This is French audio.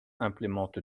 implémente